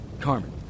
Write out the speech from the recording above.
Carmen